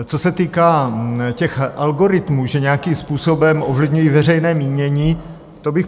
Co se týká těch algoritmů, že nějakým způsobem ovlivňují veřejné mínění, to bych podepsal.